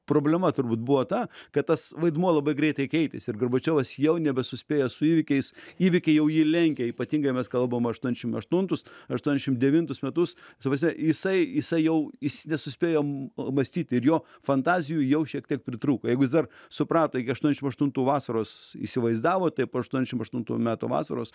problema turbūt buvo ta kad tas vaidmuo labai greitai keitėsi ir gorbačiovas jau nebesuspėja su įvykiais įvykiai jau jį lenkė ypatingai mes kalbam aštuoniasdešim aštuntus aštuoniasdešim devintus metus jis ta prasme jisai jisai jau jis nesuspėja m mąstyti ir jo fantazijų jau šiek tiek pritrūko jeigu jis dar suprato iki aštuoniasdešim aštuntų vasaros įsivaizdavo tai po aštuoniasdešim aštuntų metų vasaros